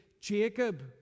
Jacob